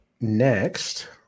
Next